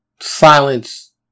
silence